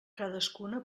cadascuna